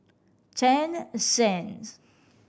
Ten CENZ